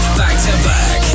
back-to-back